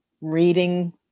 reading